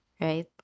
right